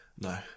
No